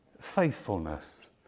faithfulness